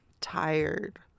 tired